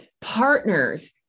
partners